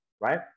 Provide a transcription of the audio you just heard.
right